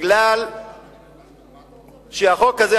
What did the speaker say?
כי החוק הזה,